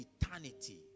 eternity